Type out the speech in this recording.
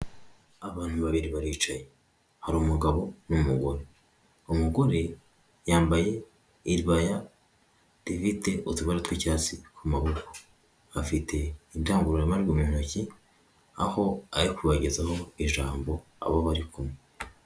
Abantu babiri baricaye hari umugabo n'umugore, umugore yambaye iribaya rifite utubara tw'icyatsi ku maboko, afite indangururabajwigu mu ntoki aho ari kubagezaho ijambo abo bari kumwe.